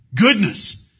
goodness